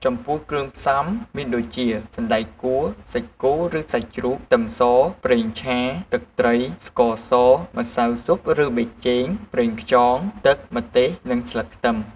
ចំពោះគ្រឿងផ្សំមានដូចជា សណ្ដែកគួរ សាច់គោឬសាច់ជ្រូក ខ្ទឹមស ប្រេងឆា ទឹកត្រី ស្ករស ម្សៅស៊ុបឬប៊ីចេង ប្រេងខ្យង ទឹក ម្ទេស និងស្លឹកខ្ទឹម។